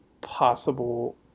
possible